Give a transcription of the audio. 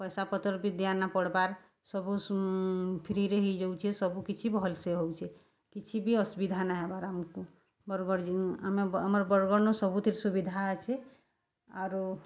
ପଇସାପତର୍ ବି ଦିଆ ନାଇଁ ପଡ଼୍ବାର୍ ସବୁ ଫ୍ରୀରେ ହେଇଯାଉଛେ ସବୁ କିଛି ଭଲ୍ସେ ହଉଛେ କିଛି ବି ଅସୁବିଧା ନାହିଁ ହେବାର୍ ଆମକୁ ବର୍ଗଡ଼୍ ଆମେ ଆମର୍ ବର୍ଗଡ଼୍ ସବୁଥିରେ ସୁବିଧା ଅଛେ ଆରୁ